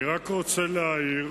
אני רק רוצה להעיר,